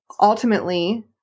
ultimately